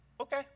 okay